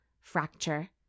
Fracture